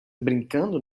brincando